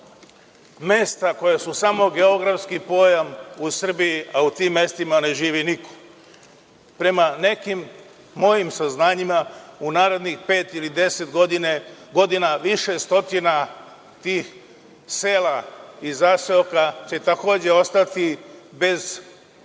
mesta koje su samo geografski pojam u Srbiji, a u tim mestima ne živi niko. Prema nekim mojim saznanjima u narednih pet ili deset godina više stotina tih sela i zaseoka će takođe ostati bez stanovnika